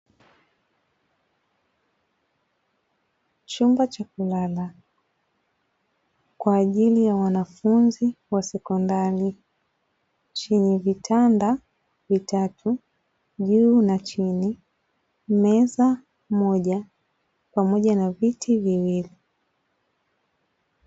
Chumba cha kulala kwa ajili ya wanafunzi wa sekondari, chenye vitanda vitatu juu na chini, meza moja pamoja na viti viwili.